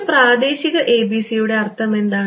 ഒരു പ്രാദേശിക ABC യുടെ അർത്ഥമെന്താണ്